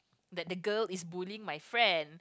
that the girl is bullying my friend